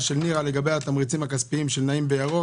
של נירה לגבי התמריצים הכספיים של "נעים לירוק".